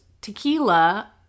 tequila